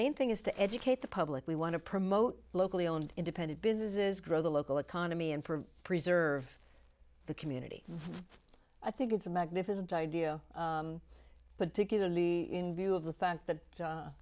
main thing is to educate the public we want to promote locally owned independent businesses grow the local economy and for preserve the community i think it's a magnificent idea but to get a lead in view of the fact that